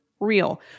real